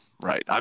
right